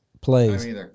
plays